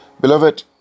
Beloved